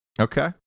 Okay